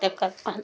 तकर अन्त